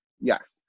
Yes